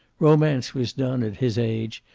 romance was done, at his age,